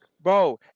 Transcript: Bro